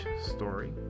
story